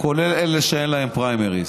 כולל אלה שאין להם פריימריז,